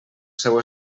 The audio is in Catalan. seu